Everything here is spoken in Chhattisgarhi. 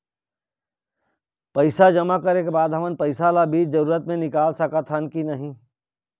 पैसा जमा करे के बाद हमन पैसा ला बीच जरूरत मे निकाल सकत हन की नहीं?